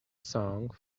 song